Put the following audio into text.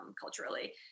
culturally